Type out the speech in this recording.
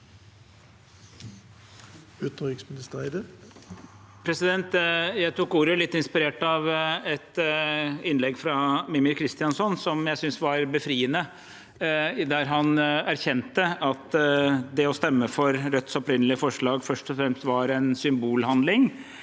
Utenriksminister Espen Barth Eide Jeg tok ordet litt inspirert av et innlegg fra Mímir Kristjánsson som jeg synes var befriende, der han erkjente at det å stemme for Rødts opprinnelige forslag først og fremst var en symbolhandling,